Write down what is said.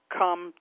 come